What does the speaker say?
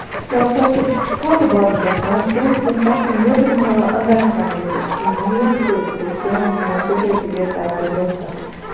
سُہ ہسا چھُ فُل بَند گژھان تَمہِ کِنۍ تَتھ چھُ نیٚبرِم ہَوا اَندَر ہٮ۪کان گٔژِتھ ییٚمہِ سۭتۍ سُہ سون سیُن ٹِکے ٹِکے تَیار گژھِ ہا